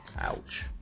ouch